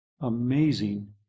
amazing